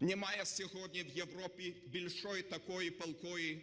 Немає сьогодні в Європі більшої такої палкої